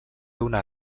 una